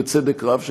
ובצדק רב,